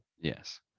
Yes